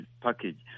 package